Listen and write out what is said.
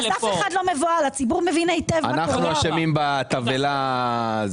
אנחנו אשמים בתבהלה.